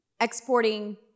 exporting